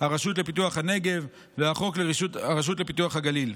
הרשות לפיתוח הנגב וחוק הרשות לפיתוח הגליל.